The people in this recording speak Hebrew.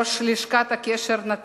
ראש לשכת הקשר "נתיב".